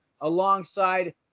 alongside